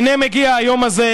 הינה מגיע היום הזה,